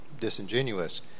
disingenuous